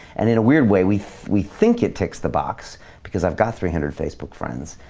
and in a weird way, we we think it takes the box because i've got three hundred facebook friends,